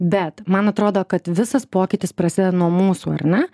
bet man atrodo kad visas pokytis prasideda nuo mūsų ar ne